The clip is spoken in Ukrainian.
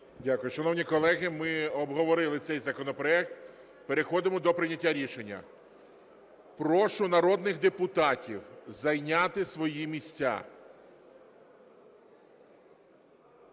Дякую. Шановні колеги, ми обговорили цей законопроект. Переходимо до прийняття рішення. Прошу народних депутатів зайняти свої місця.